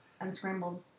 Unscrambled